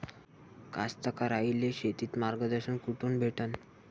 कास्तकाराइले शेतीचं मार्गदर्शन कुठून भेटन?